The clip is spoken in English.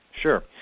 Sure